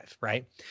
right